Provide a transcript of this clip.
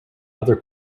other